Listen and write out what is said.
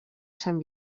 sant